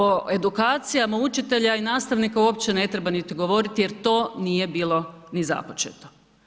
O edukacijama učitelja i nastavaka uopće ne treba niti govoriti jer to nije bilo ni započeto.